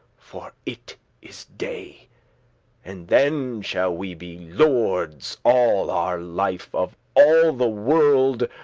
for it is day and then shall we be lordes all our life of all the world,